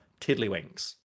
Tiddlywinks